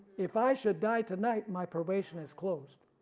if i should die tonight my probation is closed,